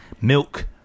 Milk